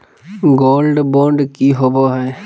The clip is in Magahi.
गोल्ड बॉन्ड की होबो है?